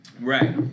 Right